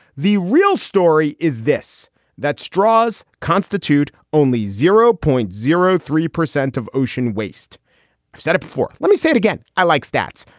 the real story is this that straws constitute only zero point zero three percent of ocean waste. i've said it before. let me say it again. i like stats.